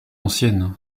ancienne